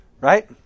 Right